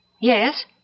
Yes